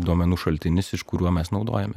duomenų šaltinis iš kuriuo mes naudojamės